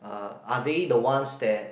uh are they the ones that